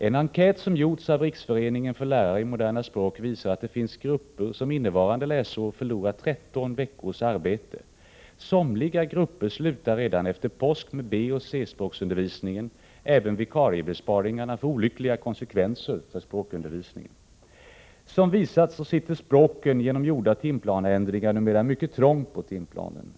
En enkät som gjorts av Riksföreningen för lärare i moderna språk visar att det finns grupper som innevarande läsår förlorar 13 veckors arbete. Somliga grupper slutar redan efter påsk med B och C-språkundervisningen. Även vikariebesparingarna får olyckliga konsekvenser för språkundervisningen. Som visats sitter språken genom gjorda timplaneändringar numera mycket trångt på timplanen.